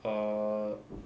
err